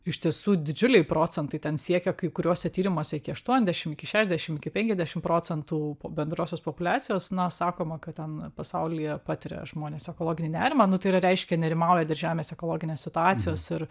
iš tiesų didžiuliai procentai ten siekia kai kuriuose tyrimuose iki aštuondešim iki šešdešimt iki penkiadešimt procentų bendrosios populiacijos na sakoma kad ten pasaulyje patiria žmonės ekologinį nerimą nu tai yra reiškia nerimauja dėl žemės ekologinės situacijos ir